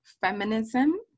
feminism